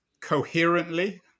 coherently